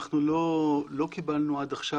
אנחנו לא קיבלנו עד עכשיו,